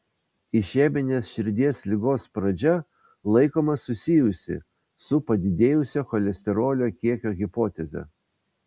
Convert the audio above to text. išeminės širdies ligos pradžia laikoma susijusi su padidėjusio cholesterolio kiekio hipoteze